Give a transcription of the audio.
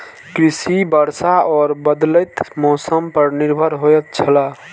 कृषि वर्षा और बदलेत मौसम पर निर्भर होयत छला